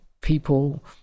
people